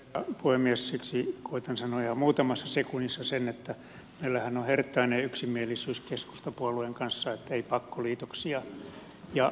siksi koetan sanoa ihan muutamassa sekunnissa sen että meillähän on herttainen yksimielisyys keskustapuolueen kanssa että ei pakkoliitoksia